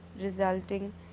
resulting